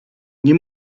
nie